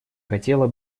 хотела